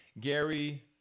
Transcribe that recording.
Gary